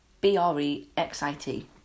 B-R-E-X-I-T